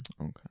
Okay